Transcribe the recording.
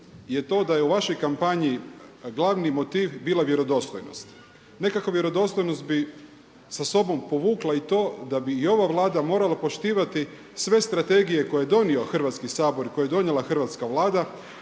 je to da je u vašoj kampanji glavni motiv bila vjerodostojnost. Nekako vjerodostojnost bi sa sobom povukla i to da bi i ova Vlada morala poštivati sve strategije koje je donio Hrvatski sabor i koje je donijela Hrvatska vlada